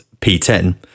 P10